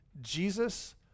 Jesus